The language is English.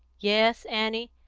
yes, annie,